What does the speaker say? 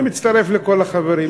מצטרף לכל החברים,